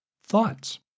Thoughts